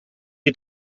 die